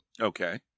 Okay